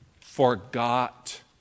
forgot